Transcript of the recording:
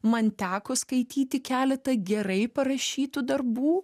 man teko skaityti keletą gerai parašytų darbų